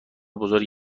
بزرگ